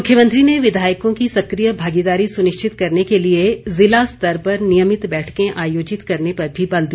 मुख्यमंत्री ने विधायकों की सकिय भागीदारी सुनिश्चित करने के लिए जिला स्तर पर नियमित बैठकें आयोजित करने पर भी बल दिया